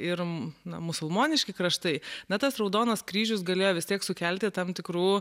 ir musulmoniški kraštai na tas raudonas kryžius galėjo vis tiek sukelti tam tikrų